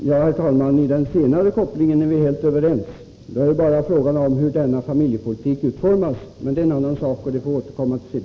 Herr talman! I fråga om den senare kopplingen är vi helt överens. Då är det bara fråga om hur denna familjepolitik skall utformas, men det är en annan sak som vi får återkomma till.